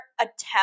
attempt